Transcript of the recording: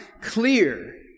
clear